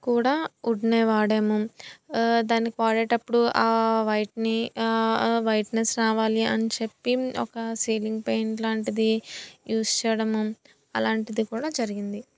కూడా వుడ్నే వాడాము దానికి వాడేటప్పుడు ఆ వైట్ని ఆ వైట్నెస్ రావాలి అని చెప్పి ఒక సీలింగ్ పెయింట్ లాంటిది యూస్ చేయడము అలాంటిది కూడా జరిగింది